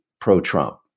pro-Trump